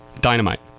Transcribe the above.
Dynamite